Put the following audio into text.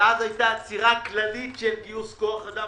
ואז היתה עצירה כללית של גיוס כוח אדם.